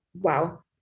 wow